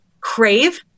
crave